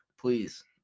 Please